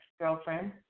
Girlfriend